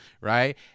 right